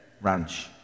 Ranch